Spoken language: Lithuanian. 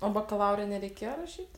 o bakalaure nereikėjo rašyt